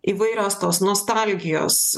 įvairios tos nostalgijos